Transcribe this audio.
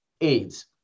AIDS